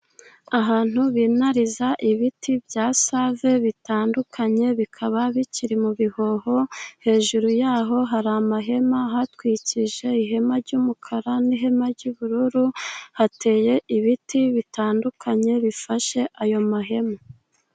Ahantu binariza ibiti bya save bitandukanye, bikaba bikiri mu bihoho, hejuru yaho, hari amahema hatwikije ihema ry'umukara n'ihema ry'ubururu hateye, ibiti bitandukanye bifashe ayo mahema.